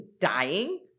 dying